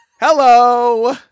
Hello